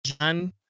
John